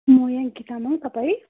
म याङ्की तामाङ तपाईँ